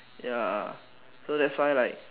ya so that's why like